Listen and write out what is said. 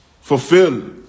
fulfill